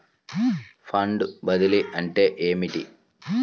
Fund బదిలీ అంటే ఏమిటి?